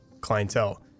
clientele